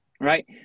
right